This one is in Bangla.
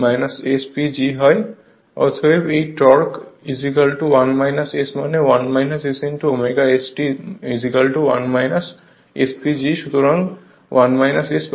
অতএব অতএব এই টর্ক 1 S মানে ω ST 1 SPGসুতরাং 1 S বাতিল করা হবে